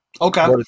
Okay